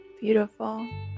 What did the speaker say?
Beautiful